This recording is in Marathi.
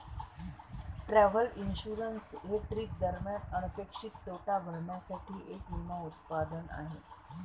ट्रॅव्हल इन्शुरन्स हे ट्रिप दरम्यान अनपेक्षित तोटा भरण्यासाठी एक विमा उत्पादन आहे